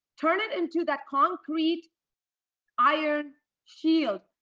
turn it into that concrete iron shield.